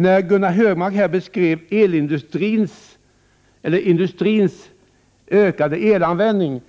När Gunnar Hökmark här beskrev industrins ökade elanvändning